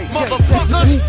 Motherfuckers